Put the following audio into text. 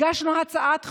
הגשנו פה הצעת חוק.